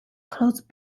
close